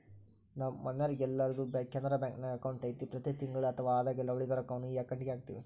ನಮ್ಮ ಮನೆಗೆಲ್ಲರ್ದು ಕೆನರಾ ಬ್ಯಾಂಕ್ನಾಗ ಅಕೌಂಟು ಐತೆ ಪ್ರತಿ ತಿಂಗಳು ಅಥವಾ ಆದಾಗೆಲ್ಲ ಉಳಿದ ರೊಕ್ವನ್ನ ಈ ಅಕೌಂಟುಗೆಹಾಕ್ತಿವಿ